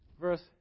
verse